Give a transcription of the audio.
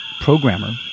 programmer